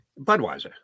Budweiser